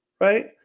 right